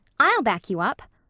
i'll back you up.